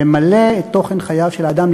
למלא את חייו של אדם תוכן,